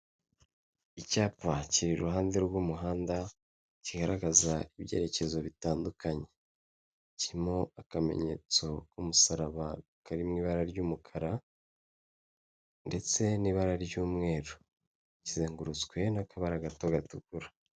Ni nyubako itanga serivise, harimo umugabo wambaye umupira w'umweru wakira abamugana. Hari umugabo uje ateruye umwana, akaba yambaye rinete ndetse n'ipantaro y'umukara.